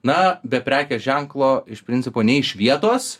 na be prekės ženklo iš principo ne iš vietos